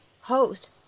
host